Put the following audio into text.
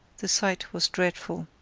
the sight was dreadful.